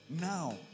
Now